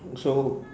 so